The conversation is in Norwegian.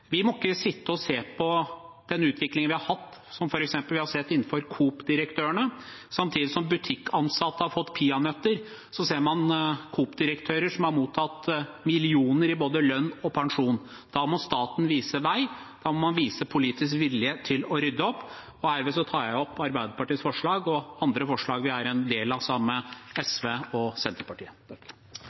Vi må ikke sitte og se på den utviklingen vi har hatt, som f.eks. for Coop-direktørene. Samtidig som butikkansatte har fått peanøtter, ser man at Coop-direktører har mottatt millioner i både lønn og pensjon. Da må staten vise vei. Da må man vise politisk vilje til å rydde opp. Herved tar jeg opp de forslag vi har fremmet sammen med SV. Representanten Masud Gharahkhani har teke opp dei forslaga han viste til. Det har vært en